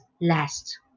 last